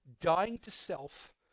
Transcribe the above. dying-to-self